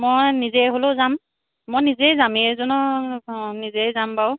মই নিজে হ'লেও যাম মই নিজেই যাম এইজনৰ অঁ নিজেই যাম বাৰু